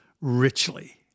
richly